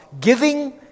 giving